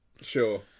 sure